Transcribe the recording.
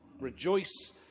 Rejoice